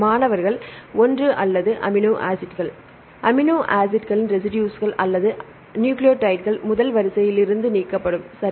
மாணவர் அமினோ ஆசிட்களின் ரெசிடுஸ்கள் அல்லது நியூக்ளியோடைடுகள் முதல் வரிசையிலிருந்து நீக்கப்படும் சரி